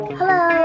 Hello